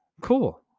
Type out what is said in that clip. cool